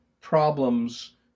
problems